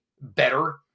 better